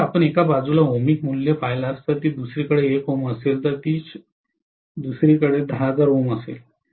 तर जर आपण एका बाजूला ओमिक मूल्ये पाहिल्यास जर ती दुसरीकडे 1 Ω असेल तर ती 10000 Ω असेल